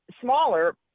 smaller